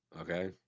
okay